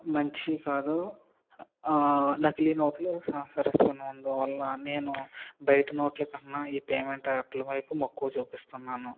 మంచివి కాదు నకిలీ నోట్లు సంచరిస్తున్నందువల్ల నేను బయట నోట్ల కన్నా ఈ పేమెంట్ యాప్ల వైపు మక్కువ చూపిస్తున్నాను